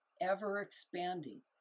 ever-expanding